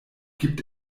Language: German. gibt